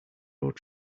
road